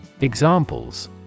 Examples